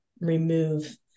remove